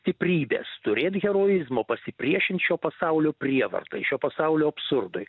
stiprybės turėt heroizmo pasipriešint šio pasaulio prievartai šio pasaulio absurdui